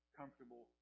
comfortable